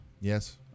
Yes